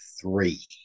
three